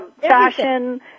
fashion